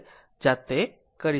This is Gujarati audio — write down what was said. જાતે કરી શકો છો